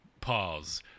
pause